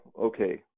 Okay